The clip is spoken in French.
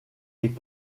est